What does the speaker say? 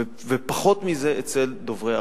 ופחות מזה אצל דוברי ערבית.